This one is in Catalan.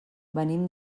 venim